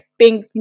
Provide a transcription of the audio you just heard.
pink